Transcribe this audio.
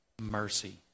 mercy